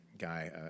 guy